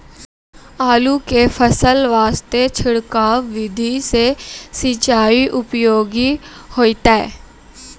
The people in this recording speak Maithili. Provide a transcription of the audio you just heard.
आलू के फसल वास्ते छिड़काव विधि से सिंचाई उपयोगी होइतै?